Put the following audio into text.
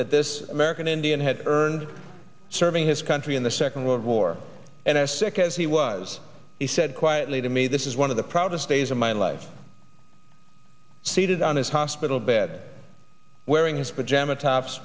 that this american indian had earned serving his country in the second world war and as sick as he was he said quietly to me this is one of the proudest days of my life seated on his hospital bed wearing his pajama tops